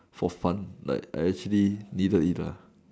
for fun like I actually didn't eat lah